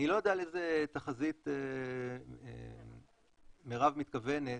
אני לא יודע לאיזה תחזית מרב מתכוונת,